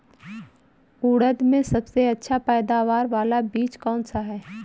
उड़द में सबसे अच्छा पैदावार वाला बीज कौन सा है?